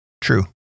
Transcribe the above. True